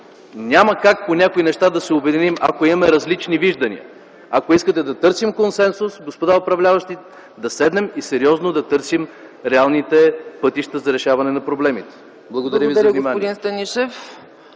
Няма как по някои неща да се обединим, ако имаме различни виждания. Ако искате да търсим консенсус, господа управляващи, да седнем и сериозно да търсим реалните пътища за решаване на проблемите. Благодаря Ви за вниманието.